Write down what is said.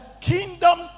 kingdom